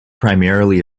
primarily